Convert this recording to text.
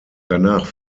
danach